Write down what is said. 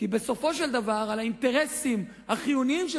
כי בסופו של דבר על האינטרסים החיוניים של